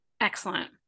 excellent